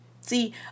See